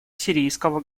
сирийского